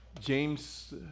james